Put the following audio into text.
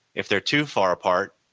if they are too far apart,